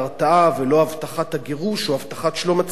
ולא הבטחת הגירוש או הבטחת שלום הציבור,